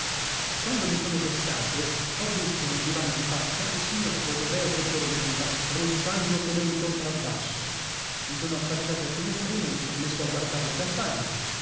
quando mi sono destato ho visto nel divano difaccia il signor clodoveo che dormiva russando come un contrabbasso i sono affacciato al finestrino e mi son messo a guardar la campagna